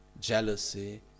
jealousy